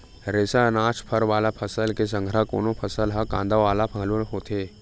रेसा, अनाज, फर वाला फसल के संघरा कोनो फसल ह कांदा वाला घलो होथे